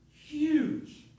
huge